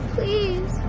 Please